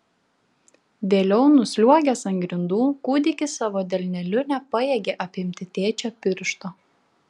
vėliau nusliuogęs ant grindų kūdikis savo delneliu nepajėgė apimti tėčio piršto